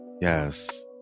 Yes